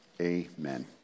Amen